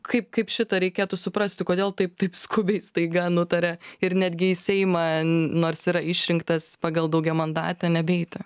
kaip kaip šitą reikėtų suprasti kodėl taip taip skubiai staiga nutarė ir netgi į seimą nors yra išrinktas pagal daugiamandatę nebeeiti